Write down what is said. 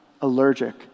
allergic